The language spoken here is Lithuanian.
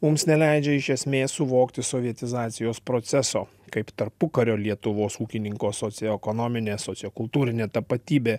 mums neleidžia iš esmės suvokti sovietizacijos proceso kaip tarpukario lietuvos ūkininko socioekonominė sociokultūrinė tapatybė